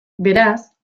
beraz